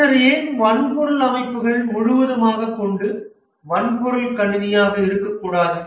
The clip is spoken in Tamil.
பின்னர் ஏன் வன்பொருள் அமைப்புகள் முழுவதுமாக கொண்டு வன்பொருள் கணினி இருக்கக்கூடாது